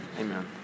Amen